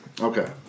Okay